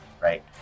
right